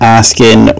asking